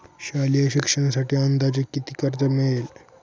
शालेय शिक्षणासाठी अंदाजे किती कर्ज मिळेल?